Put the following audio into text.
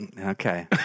okay